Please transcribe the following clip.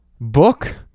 book